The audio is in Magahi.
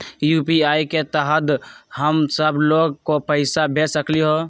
यू.पी.आई के तहद हम सब लोग को पैसा भेज सकली ह?